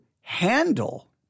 handle